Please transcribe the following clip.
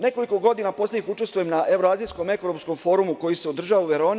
Nekoliko godina poslednjih učestvujem na Evroazijskom ekonomskom forumu koji se održava u Veroni.